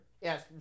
Yes